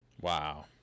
Wow